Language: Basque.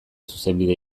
zuzenbide